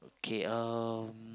K um